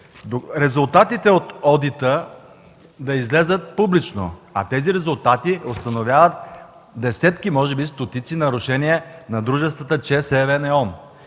резултатите от одита да излязат публично. Тези резултати установяват десетки, може би стотици нарушения на дружествата ЧЕЗ,